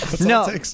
No